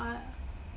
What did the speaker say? what